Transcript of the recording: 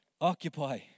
Occupy